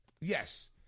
Yes